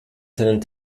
seinen